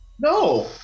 No